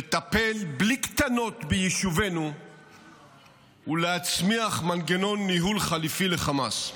לטפל בלי קטנות ביישובינו ולהצמיח מנגנון ניהול חליפי לחמאס.